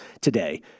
today